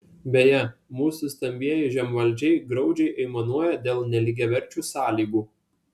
beje mūsų stambieji žemvaldžiai graudžiai aimanuoja dėl nelygiaverčių sąlygų